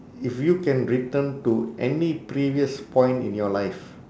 if you can return to any previous point in your life